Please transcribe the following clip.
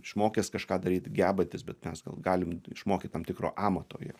išmokęs kažką daryti gebantis bet mes gal galim išmokyt tam tikro amato ir